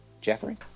Jeffrey